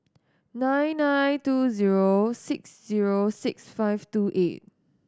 nine nine two zero six zero six five two eight